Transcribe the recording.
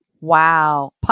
Wow